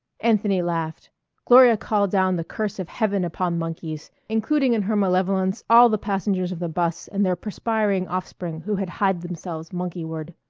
anthony laughed gloria called down the curse of heaven upon monkeys, including in her malevolence all the passengers of the bus and their perspiring offspring who had hied themselves monkey-ward.